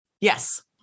Yes